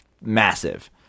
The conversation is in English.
massive